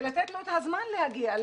ולתת לו את הזמן להגיע.